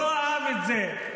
לא אהב את זה.